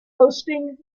hosting